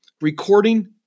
recording